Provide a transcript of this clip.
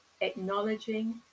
Acknowledging